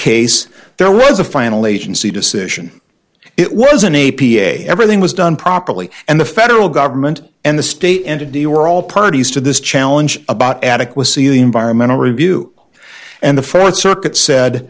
case there was a final agency decision it was an e p a everything was done properly and the federal government and the state entity are all parties to this challenge about adequacy of the environmental review and the fourth circuit said